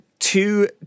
Two